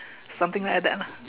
something like that lah